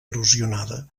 erosionada